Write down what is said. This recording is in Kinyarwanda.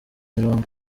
mirongo